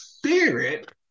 spirit